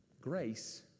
grace